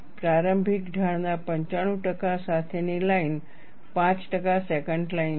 પ્રારંભિક ઢાળના 95 ટકા સાથેની લાઈન 5 ટકા સેકન્ટ લાઇન છે